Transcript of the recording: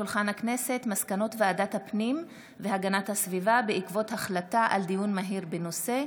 מסקנות ועדת הפנים והגנת הסביבה בעקבות דיון מהיר בהצעתם